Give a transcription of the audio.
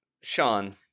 Sean